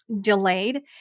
delayed